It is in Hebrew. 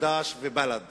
חד"ש ובל"ד